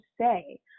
say